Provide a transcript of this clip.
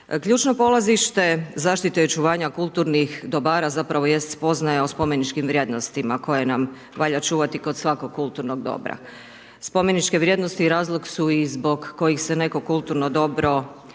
Ključno polazište zaštite i očuvanja kulturnih dobara zapravo jest spoznaja o spomeničkim vrijednostima koje nam valja čuvati kod svakog kulturnog dobra. Spomeničke vrijednosti razlog su i zbog kojih se neko kulturno dobro